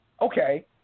okay